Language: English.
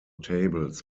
tables